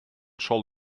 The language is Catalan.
sol